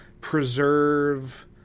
preserve